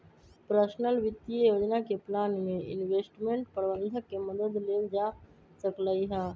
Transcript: personal वित्तीय योजना के प्लान में इंवेस्टमेंट परबंधक के मदद लेल जा सकलई ह